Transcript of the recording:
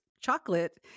chocolate